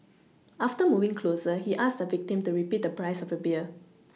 after moving closer he asked the victim to repeat the price of the beer